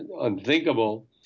unthinkable